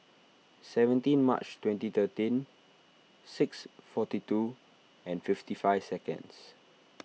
seventeen March twenty thirteen six forty two and fifty five seconds